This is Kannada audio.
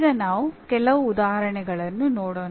ಈಗ ನಾವು ಕೆಲವು ಉದಾಹರಣೆಗಳನ್ನು ನೋಡೋಣ